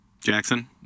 Jackson